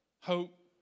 Hope